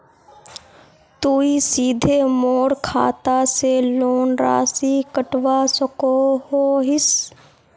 तुई सीधे मोर खाता से लोन राशि कटवा सकोहो हिस?